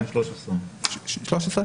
2013. 2013?